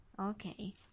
Okay